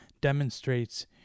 demonstrates